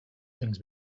things